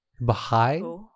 Baha'i